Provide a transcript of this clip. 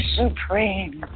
supreme